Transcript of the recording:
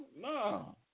No